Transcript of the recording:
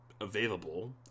available